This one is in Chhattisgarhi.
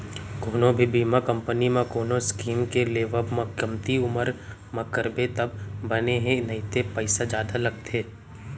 कोनो भी बीमा कंपनी म कोनो स्कीम के लेवब म कमती उमर म करबे तब बने हे नइते पइसा जादा लगथे